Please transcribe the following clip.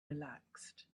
relaxed